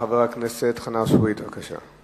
חבר הכנסת חנא סוייד, בבקשה,